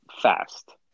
fast